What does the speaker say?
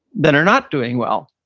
than are not doing well.